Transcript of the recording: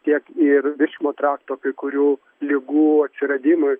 tiek ir virškinimo trakto kai kurių ligų atsiradimui